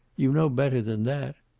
you know better than that.